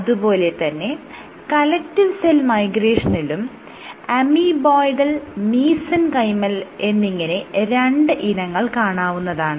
അതുപോലെ തന്നെ collective cell മൈഗ്രേഷനിലും അമീബോയ്ഡൽ മീസെൻകൈമൽ എന്നിങ്ങനെ രണ്ട് ഇനങ്ങൾ കാണാവുന്നതാണ്